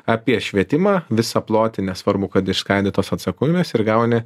apie švietimą visą plotį nesvarbu kad išskaidytos atsakomybės ir gauni